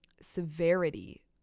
severity